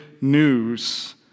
news